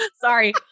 Sorry